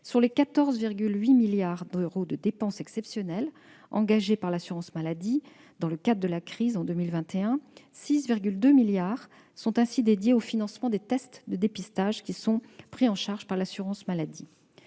Sur les 14,8 milliards d'euros de dépenses exceptionnelles engagées par l'assurance maladie en 2021 dans le cadre de la crise sanitaire, 6,2 milliards sont dédiés au financement des tests de dépistage, qui sont pris en charge par l'assurance maladie.